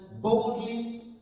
boldly